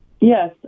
Yes